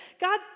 God